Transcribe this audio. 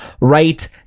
right